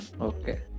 Okay